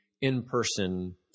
in-person